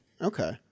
okay